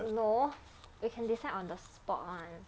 no we can decide on the spot [one]